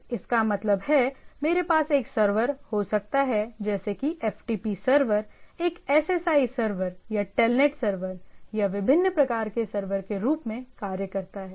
तो इसका मतलब है मेरे पास एक सर्वर हो सकता है जैसे कि FTP सर्वर एक SSI सर्वर या टेलनेट सर्वर या विभिन्न प्रकार के सर्वर के रूप में कार्य करता है